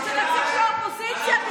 מועמד שלכם.